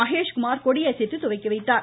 மகேஷ்குமார் கொடியசைத்து துவக்கி வைத்தார்